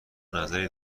نظری